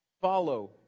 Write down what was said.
follow